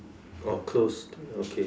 or closed okay